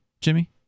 jimmy